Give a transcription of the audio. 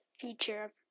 feature